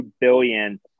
billion